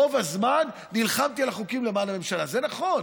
רוב הזמן נלחמתי על חוקים למען הממשלה, זה נכון,